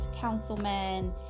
councilmen